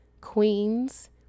queens